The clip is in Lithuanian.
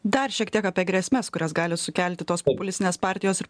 dar šiek tiek apie grėsmes kurias gali sukelti tos populistinės partijos ir